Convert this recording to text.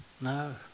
No